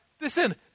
Listen